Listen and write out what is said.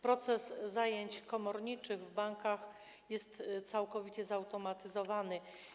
Proces zajęć komorniczych w bankach jest całkowicie zautomatyzowany.